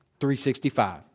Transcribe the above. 365